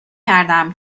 کردم